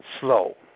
slow